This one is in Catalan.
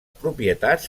propietats